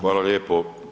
Hvala lijepo.